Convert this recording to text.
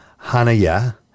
Hanaya